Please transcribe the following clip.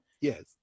yes